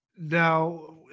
Now